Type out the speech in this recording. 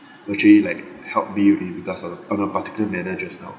who actually like helped me with regards of the on a particular manner just now